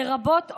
לרבות אונס,